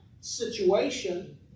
situation